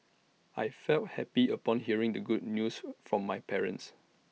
I felt happy upon hearing the good news from my parents